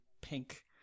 pink